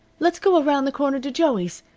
let's go around the corner to joey's.